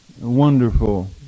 wonderful